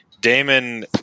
Damon